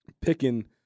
picking